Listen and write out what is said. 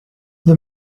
this